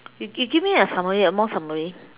you you give me a summary a more summary